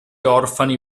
orfani